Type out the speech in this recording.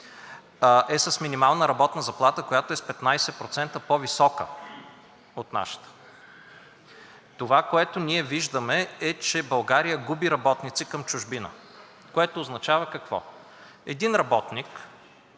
е с минимална работна заплата, която е с 15% по-висока от нашата. Това, което ние виждаме, е, че България губи работници към чужбина, което означава какво? Един работник